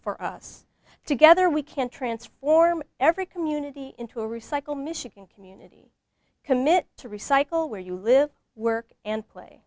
for us together we can transform every community into a recycle michigan community commit to recycle where you live work and play